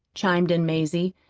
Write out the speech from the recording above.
chimed in mazie.